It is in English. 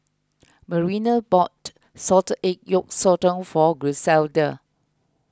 Marina bought Salted Egg Yolk Sotong for Griselda